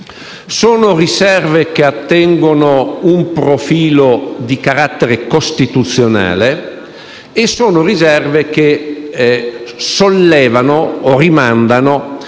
Sono riserve che attengono a un profilo di carattere costituzionale e che sollevano e rimandano